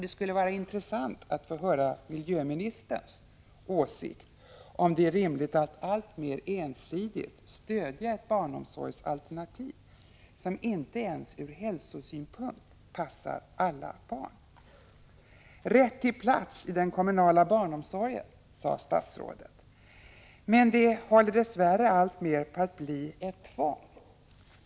Det skulle vara intressant att få höra miljöministerns åsikt om huruvida det är rimligt att alltmer ensidigt stödja ett barnomsorgsalternativ som inte ens ur hälsosynpunkt passar alla barn. Statsrådet talade om rätten till plats i den kommunala barnomsorgen. Men denna rätt håller dess värre alltmer på att bli ett tvång.